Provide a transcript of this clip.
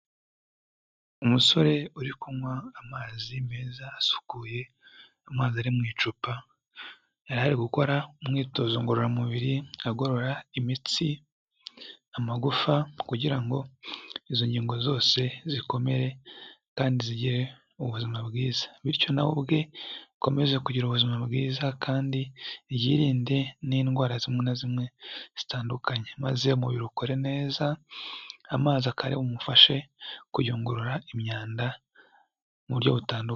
Umusore uri kunywa amazi meza asukuye, amazi ari mu icupa, yarari gukora umwitozo ngororamubiri agorora imitsi, amagufa kugira ngo izo ngingo zose zikomere kandi zigire ubuzima bwiza, bityo nawe ubwe akomeze kugira ubuzima bwiza, kandi yiyirinde n'indwara zimwe na zimwe zitandukanye, maze umubiri ukore neza, amazi akaba ari bumufashe kuyungurura imyanda mu buryo butandukanye.